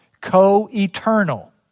co-eternal